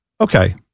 Okay